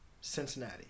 Cincinnati